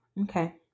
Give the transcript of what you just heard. Okay